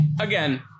again